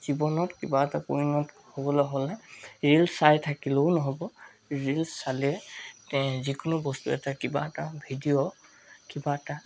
জীৱনত কিবা এটাত পৈণত হ'বলৈ হ'লে ৰীল্ছ চাই থাকিলেও নহ'ব ৰীল্ছ চালে যিকোনো বস্তু এটা কিবা এটা ভিডিঅ' কিবা এটা